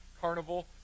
carnival